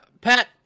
Pat